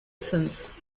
since